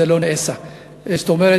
זאת אומרת,